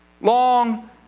Long